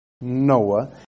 Noah